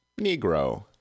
Negro